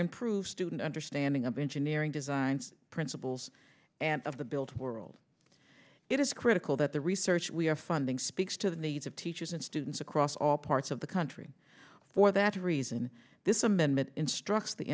improve student understanding of engineering design principles and of the built world it is critical but the research we are funding speaks to the needs of teachers and students across all parts of the country for that reason this amendment instructs the